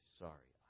sorry